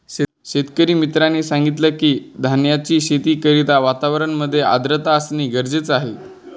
शेतकरी मित्राने सांगितलं की, धान्याच्या शेती करिता वातावरणामध्ये आर्द्रता असणे गरजेचे आहे